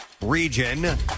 Region